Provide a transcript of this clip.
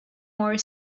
more